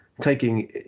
taking